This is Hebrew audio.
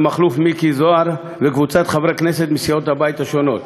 מכלוף מיקי זוהר וקבוצת חברי הכנסת מסיעות הבית השונות.